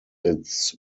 its